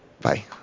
bye